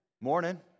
morning